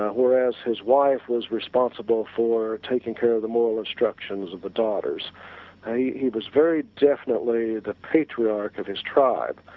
whereas his wife is responsible for taking care of the moral instructions of the daughters, and he he was very definitely the patriarch of his tribe,